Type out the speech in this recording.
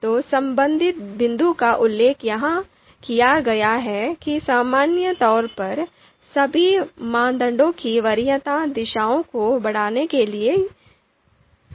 तो संबंधित बिंदु का उल्लेख यहां किया गया है कि सामान्य तौर पर सभी मानदंडों की वरीयता दिशाओं को बढ़ाने के लिए लिया जाता है